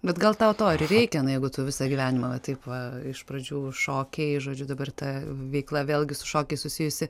bet gal tau to ir reikia na jeigu tu visą gyvenimą taip va iš pradžių šokiai žodžiu dabar ta veikla vėlgi su šokiais susijusi